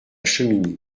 cheminée